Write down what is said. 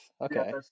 Okay